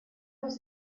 was